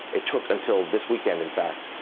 it took until this weekend, in fact,